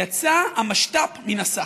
יצא המשת"פ מן השק.